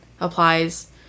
applies